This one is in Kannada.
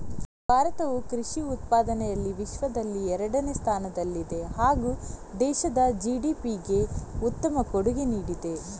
ಭಾರತವು ಕೃಷಿ ಉತ್ಪಾದನೆಯಲ್ಲಿ ವಿಶ್ವದಲ್ಲಿ ಎರಡನೇ ಸ್ಥಾನದಲ್ಲಿದೆ ಹಾಗೂ ದೇಶದ ಜಿ.ಡಿ.ಪಿಗೆ ಉತ್ತಮ ಕೊಡುಗೆ ನೀಡಿದೆ